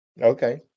Okay